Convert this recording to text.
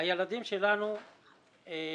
הילדים שלנו מחולקים